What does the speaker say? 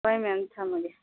ꯍꯣꯏ ꯃꯦꯝ ꯊꯝꯃꯒꯦ